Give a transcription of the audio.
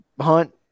hunt